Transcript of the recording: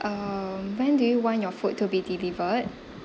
um when do you want your food to be delivered